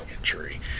injury